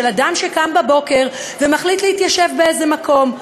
אדם שקם בבוקר ומחליט להתיישב באיזה מקום.